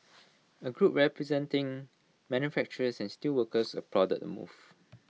A group representing manufacturers and steelworkers applauded the move